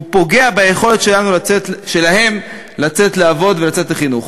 הוא פוגע ביכולת שלהם לצאת לעבוד ולצאת לחינוך.